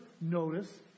notice